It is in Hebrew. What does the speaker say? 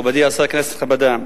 מכובדי השר, כנסת נכבדה,